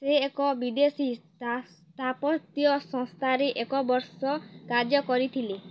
ସେ ଏକ ବିଦେଶୀ ସ୍ଥା ସ୍ଥାପତ୍ୟ ସଂସ୍ଥାରେ ଏକ ବର୍ଷ କାର୍ଯ୍ୟ କରିଥିଲେ